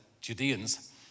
Judeans